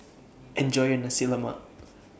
Enjoy your Nasi Lemak